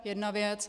Jedna věc.